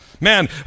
Man